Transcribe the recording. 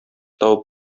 табып